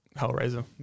Hellraiser